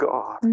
God